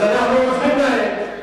אז אנחנו עוזרים להן.